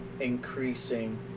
increasing